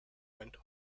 went